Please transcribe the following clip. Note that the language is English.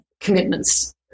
commitments